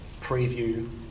preview